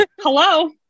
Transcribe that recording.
hello